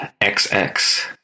XX